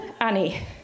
Annie